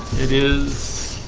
it is